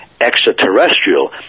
extraterrestrial